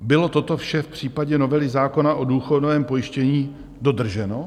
Bylo toto vše v případě novely zákona o důchodovém pojištění dodrženo?